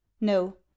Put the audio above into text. No